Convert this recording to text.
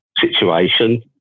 situation